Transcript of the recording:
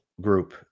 group